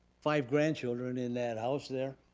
five grandchildren in that house there.